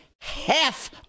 half